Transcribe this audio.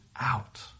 out